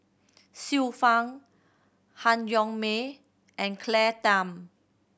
Xiu Fang Han Yong May and Claire Tham